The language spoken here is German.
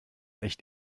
echt